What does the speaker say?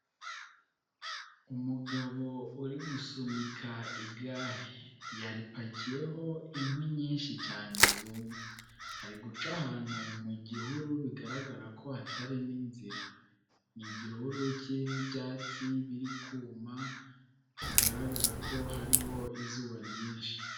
Umugabo uri gusunika igare yaripakiyeho inkwi nyinshi cyane zumye, ari guca ahantu mu gihuru bigaragara ko hatari n'inzira, ni igihuru kirimo ibyatsi biri kuma bigaragara ko hariho izuba ryinshi.